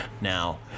now